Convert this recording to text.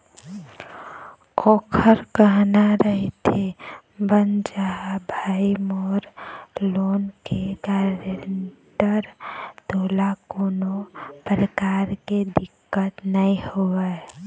ओखर कहना रहिथे बन जाना भाई मोर लोन के गारेंटर तोला कोनो परकार के दिक्कत नइ होवय